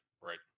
Right